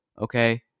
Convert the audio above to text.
Okay